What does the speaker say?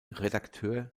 redakteur